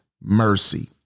mercy